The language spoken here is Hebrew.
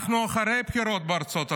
אנחנו אחרי הבחירות בארצות הברית.